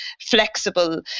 flexible